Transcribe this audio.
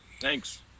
Thanks